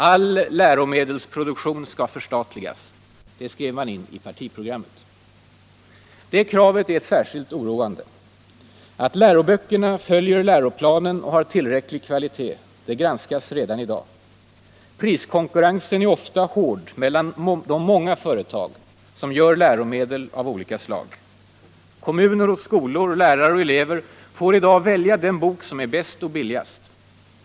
All läromedelsproduktion skall förstatligas! — Det skrev man in i partiprogrammet. Det kravet är särskilt oroande. Att läroböckerna följer läroplanen och har tillräcklig kvalitet granskas redan i dag. Priskonkurrensen är ofta hård mellan de många företag som gör läromedel av olika slag. Kommuner och skolor, lärare och elever får i dag välja den bok som är bäst och billigast.